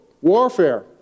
warfare